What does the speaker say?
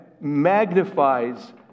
magnifies